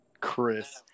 Chris